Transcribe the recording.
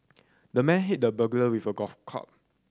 the man hit the burglar with a golf club